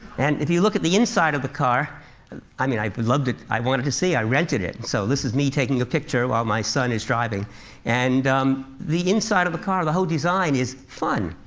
and if you look at the inside of the car i mean, i loved it, i wanted to see it, i rented it, so this is me taking a picture while my son is driving and um the inside of the car, the whole design is fun.